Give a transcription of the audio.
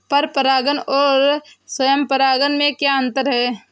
पर परागण और स्वयं परागण में क्या अंतर है?